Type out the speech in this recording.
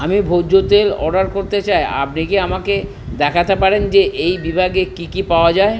আমি ভোজ্য তেল অর্ডার করতে চাই আপনি কি আমাকে দেখাতে পারেন যে এই বিভাগে কী কী পাওয়া যায়